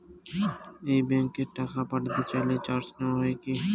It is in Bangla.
একই ব্যাংকে টাকা পাঠাতে চাইলে চার্জ নেওয়া হয় কি?